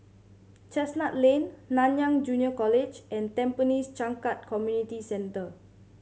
Chestnut Lane Nanyang Junior College and Tampines Changkat Community Centre